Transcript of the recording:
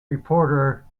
reporter